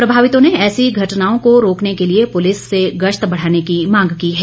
प्रभावितों ने ऐसी घटनाओं को रोकने के लिए पुलिस से गश्त बढ़ाने की मांग की है